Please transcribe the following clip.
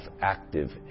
active